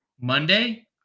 Monday